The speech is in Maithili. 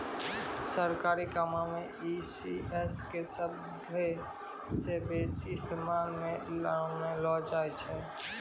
सरकारी कामो मे ई.सी.एस के सभ्भे से बेसी इस्तेमालो मे लानलो जाय छै